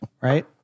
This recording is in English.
right